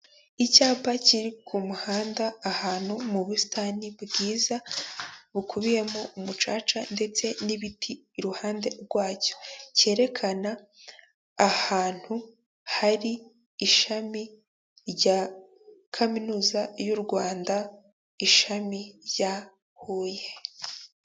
Icyapa kiri ku muhanda ahantu mu busitani bwiza bukubiyemo umucaca ndetse n'ibiti iruhande rwacyo, cyerekana ahantu hari ishami rya kaminuza y'u Rwanda, ishami rya Huye.